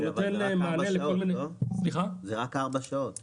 זה רק ארבע שעות כרגע,